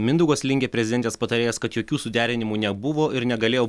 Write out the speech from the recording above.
mindaugas lingė prezidentės patarėjas kad jokių suderinimų nebuvo ir negalėjo